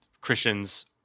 Christians